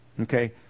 Okay